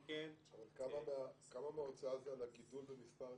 כמה מההוצאה זה על הגידול במספר התלמידים?